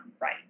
right